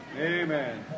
Amen